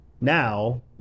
Now